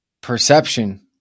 Perception